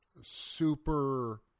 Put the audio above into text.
super